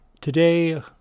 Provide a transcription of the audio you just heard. Today